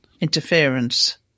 interference